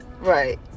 right